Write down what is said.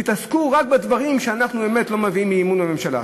תתעסקו רק בדברים שעליהם אנחנו באמת לא מביאים לאי-אמון בממשלה.